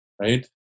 right